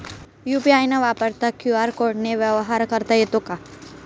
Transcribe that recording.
UPI न वापरता QR कोडने व्यवहार करता येतो का?